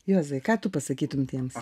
juozai ką tu pasakytum tiems